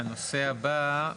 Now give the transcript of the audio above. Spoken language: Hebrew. הנושא הבא,